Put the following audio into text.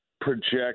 project